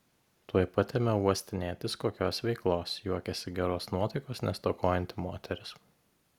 tuoj pat ėmiau uostinėtis kokios veiklos juokėsi geros nuotaikos nestokojanti moteris